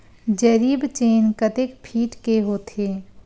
जरीब चेन कतेक फीट के होथे?